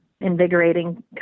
invigorating